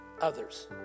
others